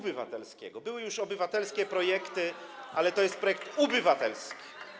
Były już obywatelskie projekty, ale to jest projekt ubywatelski.